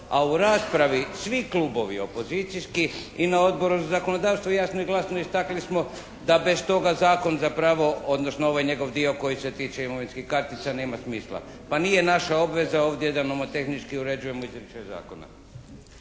a u raspravi svi klubovi opozicijski i na Odboru za zakonodavstvo jasno i glasno istaknuli smo da bez toga zakon zapravo, odnosno ovaj njegov dio koji se tiče imovinskih kartica nema smisla. Pa nije naša obveza ovdje da nomotehnički uređujemo izričaj zakona.